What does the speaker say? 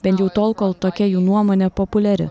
bent jau tol kol tokia jų nuomonė populiari